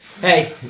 Hey